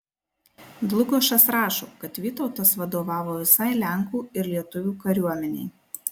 dlugošas rašo kad vytautas vadovavo visai lenkų ir lietuvių kariuomenei